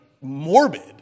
morbid